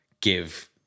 give